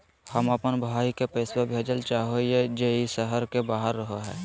हम अप्पन भाई के पैसवा भेजल चाहो हिअइ जे ई शहर के बाहर रहो है